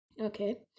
Okay